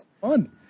fun